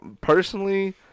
personally